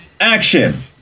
action